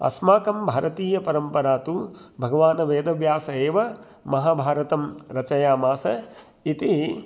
अस्माकं भारतीयपरम्परा तु भगवान् वेदव्यासः एव महाभारतं रचयामास इति